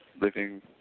living